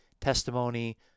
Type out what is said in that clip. testimony